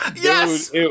yes